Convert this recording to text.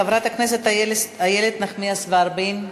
חברת הכנסת איילת נחמיאס ורבין.